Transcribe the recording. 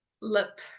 lip